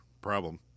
problem